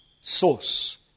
source